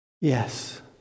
Yes